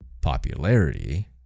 popularity